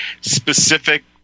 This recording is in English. specific